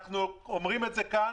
אנחנו אומרים כאן,